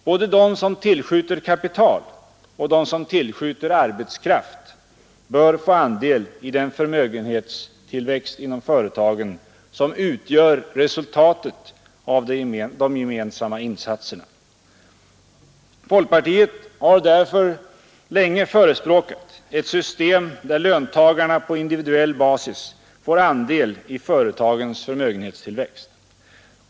Både de som tillskjuter kapital och de som tillskjuter arbetskraft bör få andel i den förmögenhetstillväxt inom företagen som utgör resultatet av de gemensamma insatserna, Folkpartiet har därför länge förespråkat ett system där löntagarna på individuell basis får andel i företagens förmögenhetstillväxt.